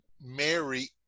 Mary